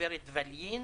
גב' ולין,